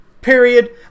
Period